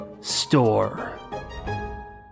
store